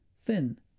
Thin